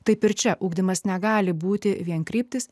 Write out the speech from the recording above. taip ir čia ugdymas negali būti vienkryptis